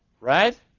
Right